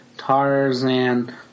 Tarzan